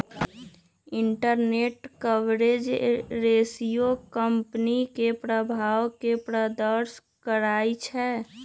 interest coverage ratio company के प्रभाव के प्रदर्शन करइ छै